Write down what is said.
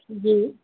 جی